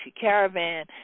Caravan